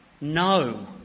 No